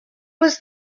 was